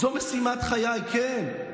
זאת משימת חיי, כן.